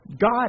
God